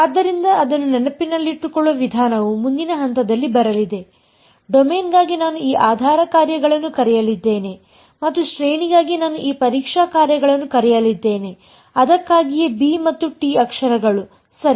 ಆದ್ದರಿಂದ ಅದನ್ನು ನೆನಪಿಟ್ಟುಕೊಳ್ಳುವ ವಿಧಾನವು ಮುಂದಿನ ಹಂತದಲ್ಲಿ ಬರಲಿದೆ ಡೊಮೇನ್ಗಾಗಿ ನಾನು ಈ ಆಧಾರ ಕಾರ್ಯಗಳನ್ನು ಕರೆಯಲಿದ್ದೇನೆ ಮತ್ತು ಶ್ರೇಣಿಗಾಗಿ ನಾನು ಈ ಪರೀಕ್ಷಾ ಕಾರ್ಯಗಳನ್ನು ಕರೆಯಲಿದ್ದೇನೆ ಅದಕ್ಕಾಗಿಯೇ b ಮತ್ತು t ಅಕ್ಷರಗಳು ಸರಿ